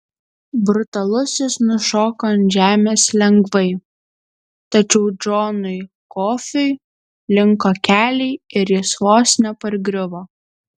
brutalusis nušoko ant žemės lengvai tačiau džonui kofiui linko keliai ir jis vos nepargriuvo